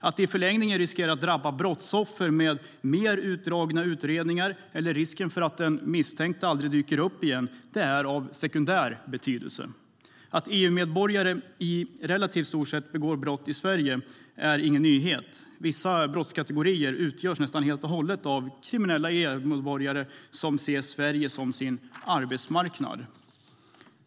Att det i förlängningen riskerar att drabba brottsoffer med utdragna utredningar eller att risken ökar för att den misstänkte aldrig dyker upp igen är av sekundär betydelse. Att EU-medborgare i relativt hög grad begår brott i Sverige är ingen nyhet. Vissa brottskategorier utgörs nästan helt och hållet av kriminella EU-medborgare som ser Sverige som sin arbetsmarknad.